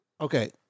Okay